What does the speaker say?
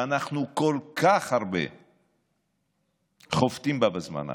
שאנחנו כל כך הרבה חובטים בה בזמן האחרון.